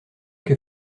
que